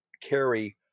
carry